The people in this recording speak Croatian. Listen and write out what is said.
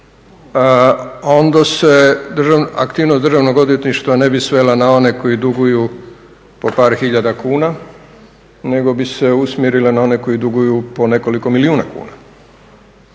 onda se aktivnost državnog odvjetništva ne bi svela na one koji duguju po par hiljada kuna nego bi se usmjerila na one koji duguju po nekoliko milijuna kuna.